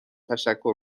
تشکر